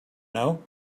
know